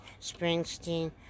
Springsteen